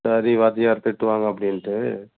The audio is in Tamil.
சரி வாத்தியார் திட்டுவாங்க அப்படின்ட்டு